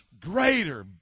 greater